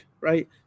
right